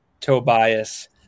Tobias